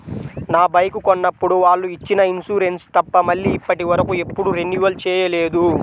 నా బైకు కొన్నప్పుడు వాళ్ళు ఇచ్చిన ఇన్సూరెన్సు తప్ప మళ్ళీ ఇప్పటివరకు ఎప్పుడూ రెన్యువల్ చేయలేదు